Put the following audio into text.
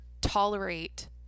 tolerate